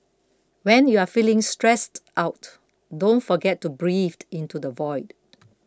when you are feeling stressed out don't forget to breathed into the void